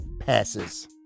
passes